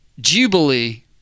jubilee